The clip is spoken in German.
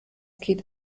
geht